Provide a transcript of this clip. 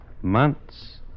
Months